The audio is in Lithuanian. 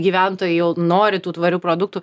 gyventojų nori tų tvarių produktų